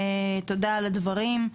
תודה על הדברים.